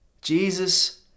Jesus